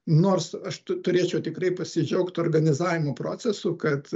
nors aš turėčiau tikrai pasidžiaugt organizavimo procesu kad